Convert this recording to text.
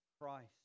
Christ